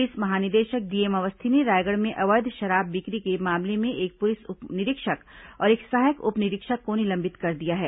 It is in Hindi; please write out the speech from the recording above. पुलिस महानिदेशक डीएम अवस्थी ने रायगढ़ में अवैध शराब बिक्री के मामले में एक पुलिस उप निरीक्षक और एक सहायक उप निरीक्षक को निलंबित कर दिया है